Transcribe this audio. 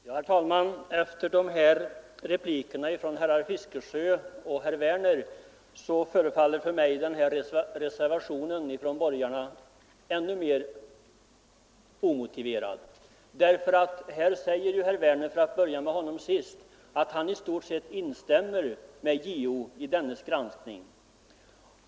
Herr talman! Efter de här replikerna från herr Fiskesjö och herr Werner förefaller mig borgarnas reservation P ännu mer omotiverad. Herr Werner i Malmö säger — för att börja med honom — att han i stort sett instämmer med JO i dennes granskning.